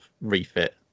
refit